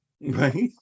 Right